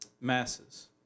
masses